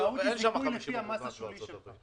בארצות הברית.